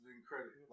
incredible